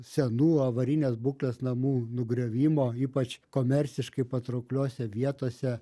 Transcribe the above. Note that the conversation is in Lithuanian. senų avarinės būklės namų nugriovimo ypač komerciškai patraukliose vietose